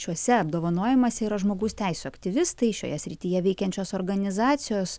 šiuose apdovanojimuose yra žmogaus teisių aktyvistai šioje srityje veikiančios organizacijos